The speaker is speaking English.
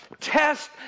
test